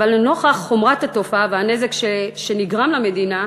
אבל לנוכח חומרת התופעה והנזק שנגרם למדינה,